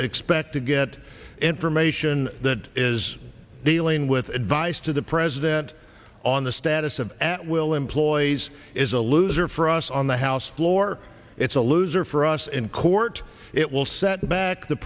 expect to get information that is dealing with advice to the president on the status of at will employees is a loser for us on the house floor it's a loser for us in court it will set back the